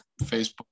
Facebook